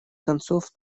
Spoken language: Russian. концов